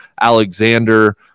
Alexander